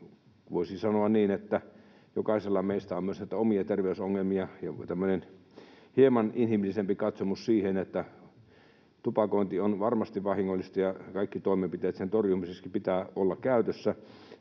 voisin sanoa niin, että jokaisella meistä on myös näitä omia terveysongelmia. Tämmöinen hieman inhimillisempi katsomus: tupakointi on varmasti vahingollista ja kaikki toimenpiteet sen torjumiseksi pitää olla käytössä,